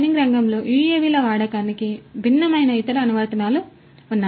mining రంగంలో యుఎవిల వాడకానికి భిన్నమైన ఇతర అనువర్తనాలు ఉన్నాయి